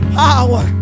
power